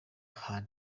had